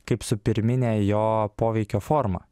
kaip su pirmine jo poveikio forma